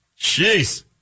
jeez